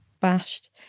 bashed